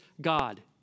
God